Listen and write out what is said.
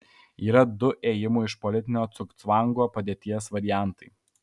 yra du ėjimų iš politinio cugcvango padėties variantai